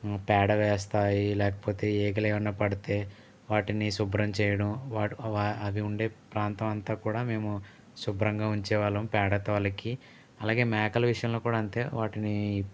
పేడవేస్తాయి లేకపోతే ఈగలు ఏమైనా పడితే వాటిని శుభ్రం చేయడం వా అవి ఉండే ప్రాంతమంతా కూడా మేము శుభ్రంగా ఉంచేవాళ్ళము పేడతో అలికి అలాగే మేకల విషయంలో కూడా అంతే వాటిని